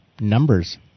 numbers